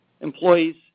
employees